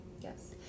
Yes